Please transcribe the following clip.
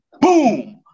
boom